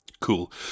cool